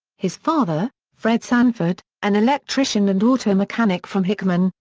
his father, fred sanford, an electrician and auto mechanic from hickman,